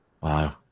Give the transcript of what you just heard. Wow